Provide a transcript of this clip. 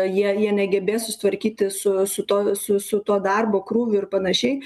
jie jie negebės susitvarkyti su su tuo su su tuo darbo krūviu ir panašiai